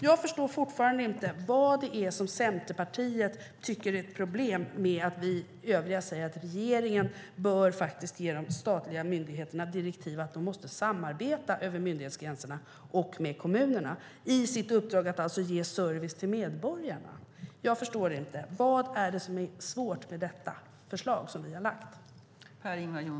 Jag förstår fortfarande inte vad det är som Centerpartiet tycker är ett problem med att säga att regeringen bör ge de statliga myndigheterna direktiv om att de måste samarbeta över myndighetsgränserna och med kommunerna i sitt uppdrag att ge service till medborgarna. Jag förstår det inte. Vad är det som är svårt med detta förslag som vi har lagt fram?